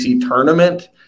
tournament